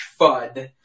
FUD